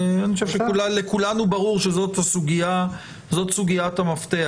לכולנו ברור שזו סוגיית המפתח.